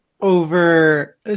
over